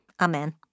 Amen